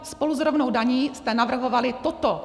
Spolu s rovnou daní jste navrhovali toto!